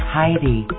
Heidi